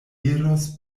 iros